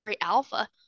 alpha